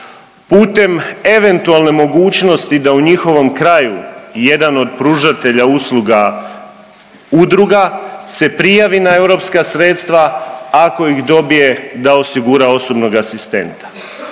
putem eventualne mogućnosti da u njihovom kraju jedan od pružatelja usluga udruga se prijavi na europska sredstva ako ih dobije da osigura osobnog asistenta.